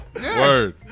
Word